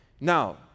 Now